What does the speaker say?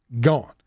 gone